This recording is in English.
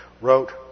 wrote